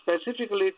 specifically